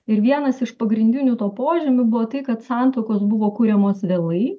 ir vienas iš pagrindinių to požymių buvo tai kad santuokos buvo kuriamos vėlai